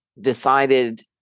decided